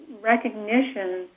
recognition